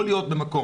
יכול להיות שבמקום